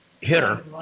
hitter